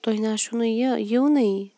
تُہۍ نہ حظ چھِو نہٕ یہِ یِوٲنی